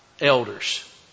elders